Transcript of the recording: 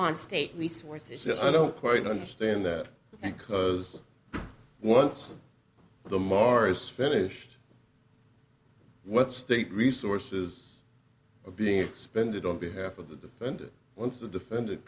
on state resources just i don't quite understand that because once the mars finished what state resources are being expended on behalf of the defendant once the defendant